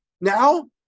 now